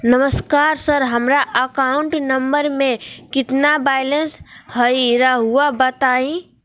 नमस्कार सर हमरा account number में कितना बैलेंस हेई राहुर बताई?